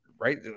right